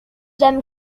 them